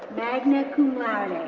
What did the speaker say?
magna cum laude,